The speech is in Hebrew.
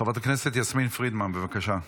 חברת הכנסת יסמין פרידמן, בבקשה.